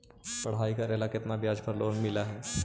पढाई करेला केतना ब्याज पर लोन मिल हइ?